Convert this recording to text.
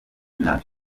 minaj